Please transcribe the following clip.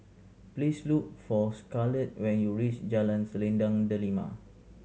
please look for Scarlet when you reach Jalan Selendang Delima